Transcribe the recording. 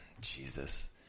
Jesus